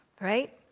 right